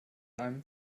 einem